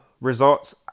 results